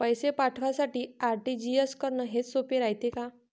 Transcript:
पैसे पाठवासाठी आर.टी.जी.एस करन हेच सोप रायते का?